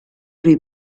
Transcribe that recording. lui